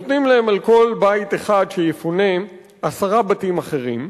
נותנים להם על כל בית שיפונה עשרה בתים אחרים,